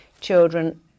children